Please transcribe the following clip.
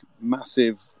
massive